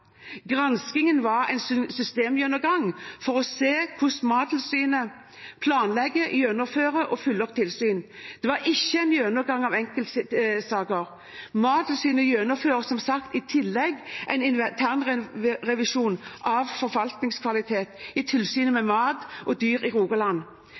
Granskingen var en systemgjennomgang for å se hvordan Mattilsynet planlegger, gjennomfører og følger opp tilsyn. Det var ikke en gjennomgang av enkeltsaker. Mattilsynet gjennomfører som sagt i tillegg en internrevisjon av forvaltningskvalitet i tilsynet